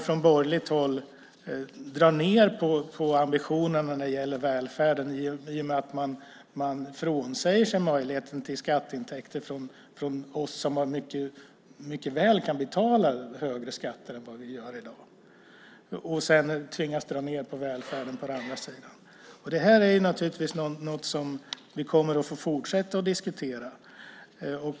Från borgerligt håll drar man ned på ambitionerna när det gäller välfärden i och med att man frånsäger sig möjligheten till skatteintäkter från oss som mycket väl kan betala högre skatter än vad vi gör i dag. Så tvingas man dra ned på välfärden på den andra sidan. Det här är naturligtvis något som vi kommer att fortsätta diskutera.